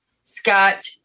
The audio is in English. Scott